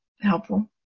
helpful